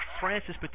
Francis